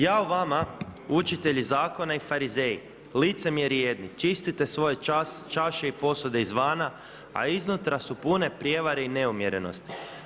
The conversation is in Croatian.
Ja o vama učitelji zakona i Farizeji, licemjeri jedni, čistite svoje čaše i posude izvana a iznutra su pune prijevare i neumjerenosti.